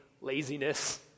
laziness